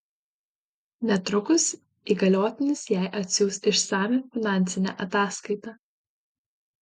netrukus įgaliotinis jai atsiųs išsamią finansinę ataskaitą